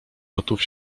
gotów